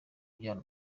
kubyara